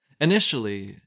Initially